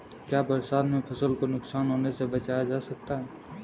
क्या बरसात में फसल को नुकसान होने से बचाया जा सकता है?